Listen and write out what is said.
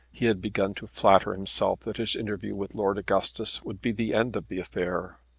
he had begun to flatter himself that his interview with lord augustus would be the end of the affair.